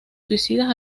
suicidas